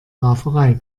rauferei